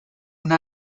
una